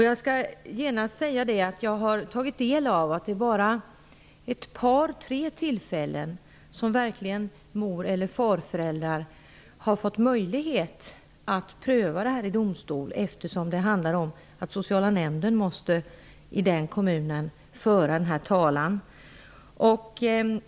Jag har tagit del av att det endast är vid ett par tre tillfällen som mor eller farföräldrar fått möjlighet att pröva sådana ärenden i domstol. Det är ju den sociala nämnden i respektive kommun som måste föra talan.